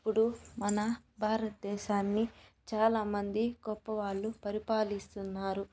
ఇప్పుడు మన భారతదేశాన్ని చాలామంది గొప్పవాళ్లు పరిపాలిస్తున్నారు